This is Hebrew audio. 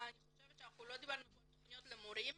אני חושבת שלא דיברנו כאן על תכניות למורים.